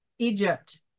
Egypt